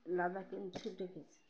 লাদাখে ছুটে গিয়েছে